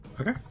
Okay